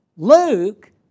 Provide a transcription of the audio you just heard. Luke